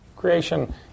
creation